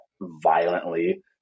violently